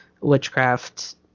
witchcraft